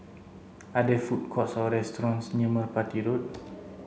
are there food courts or restaurants near Merpati Road